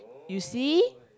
you see